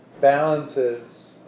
balances